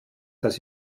dass